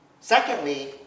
Secondly